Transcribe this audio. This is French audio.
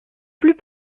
plus